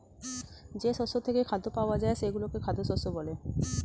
যেসব শস্য থেকে খাদ্য পাওয়া যায় সেগুলোকে খাদ্য শস্য বলে